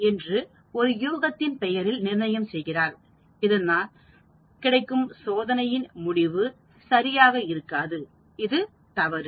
என்று ஒரு யூகத்தின் பெயரில் நிர்ணயம் செய்கிறார் இதனால் கிடைக்கும் சோதனையின் முடிவு சரியாக இருக்காது இது தவறு